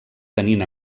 tenint